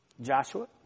Joshua